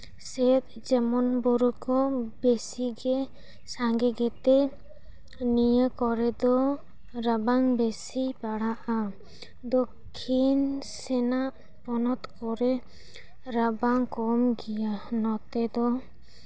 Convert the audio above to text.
ᱥᱮᱫ ᱡᱮᱢᱚᱱ ᱵᱩᱨᱩ ᱠᱚ ᱵᱮᱥᱤ ᱜᱮ ᱥᱟᱝᱜᱮ ᱜᱮᱛᱮ ᱱᱤᱭᱟᱹ ᱠᱚᱨᱮ ᱫᱚ ᱨᱟᱵᱟᱝ ᱵᱮᱥᱤ ᱯᱟᱲᱟᱜᱼᱟ ᱫᱚᱠᱠᱷᱤᱱ ᱥᱮᱱᱟᱜ ᱯᱚᱱᱚᱛ ᱠᱚᱨᱮ ᱨᱟᱵᱟᱝ ᱠᱚᱢ ᱜᱮᱭᱟ ᱱᱚᱛᱮ ᱫᱚ